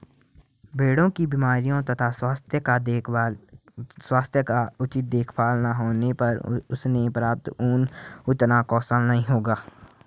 भेड़ों की बीमारियों तथा स्वास्थ्य का उचित देखभाल न होने पर उनसे प्राप्त ऊन उतना कुशल नहीं होगा